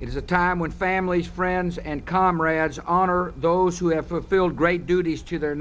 it is a time when families friends and comrades honor those who have to fill great duties to their